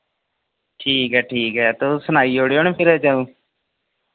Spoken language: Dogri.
ठीक ऐ ठीक ऐ तुस सनाई ओड़ेओ ना फिर जदूं